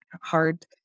hard